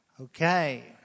Okay